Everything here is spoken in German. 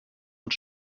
und